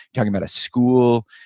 talking about a school?